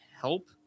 help